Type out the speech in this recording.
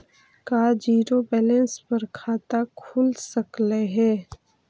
का zero balance पर खाता खुल सकले हे?